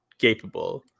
capable